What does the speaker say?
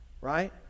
right